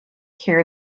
hear